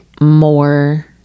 more